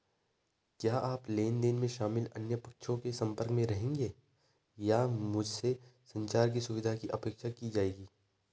क्या आप लेन देन में शामिल अन्य पक्षों के संपर्क में रहेंगे या क्या मुझसे संचार की सुविधा की अपेक्षा की जाएगी?